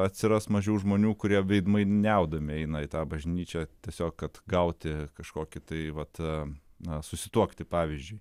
atsiras mažiau žmonių kurie veidmainiaudami eina į tą bažnyčią tiesiog kad gauti kažkokį tai vat na susituokti pavyzdžiui